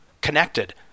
connected